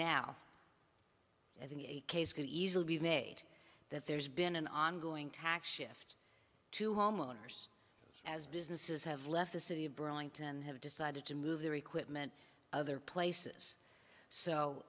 think a case could easily be made that there's been an ongoing tax shift to homeowners as businesses have left the city of burlington and have decided to move their equipment other places so